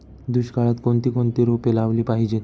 दुष्काळात कोणकोणती रोपे लावली पाहिजे?